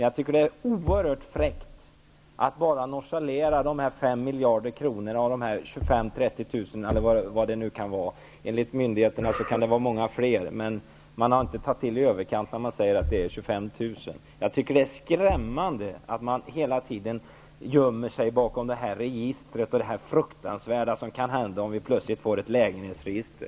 Jag tycker att det är oerhört fräckt att bara nonchalera 5 miljarder kronor från dessa 25 000-- 30 000 personer. Enligt myndigheterna kan det vara många fler. Man tar inte till i överkant när man säger att de är 25 000. Jag tycker att det är skrämmande att man hela tiden gömmer sig bakom detta att det är ett register och det fruktansvärda som kan hända om vi plötsligt får ett lägenhetsregister.